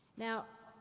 now,